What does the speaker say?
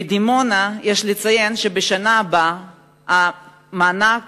בדימונה יש לציין שבשנה הבאה המענק